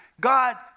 God